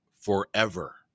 forever